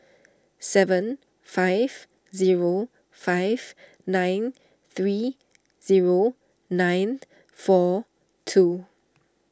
seven five zero five nine three zero nine four two